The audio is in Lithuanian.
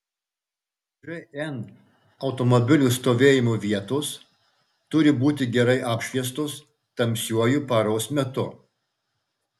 žn automobilių stovėjimo vietos turi būti gerai apšviestos tamsiuoju paros metu